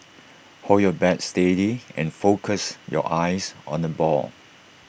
hold your bat steady and focus your eyes on the ball